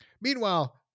Meanwhile